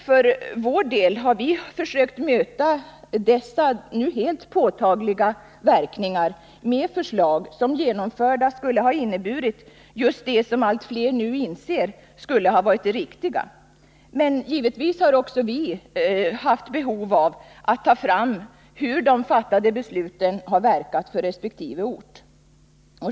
För vår del har vi försökt möta dessa nu helt påtagliga verkningar med förslag som genomförda skulle ha inneburit just det som nu allt fler inser skulle ha varit det riktiga. Men givetvis har vi också haft behov av att undersöka hur de fattade besluten verkar för resp. ort.